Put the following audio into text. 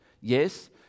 yes